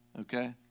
okay